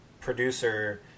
producer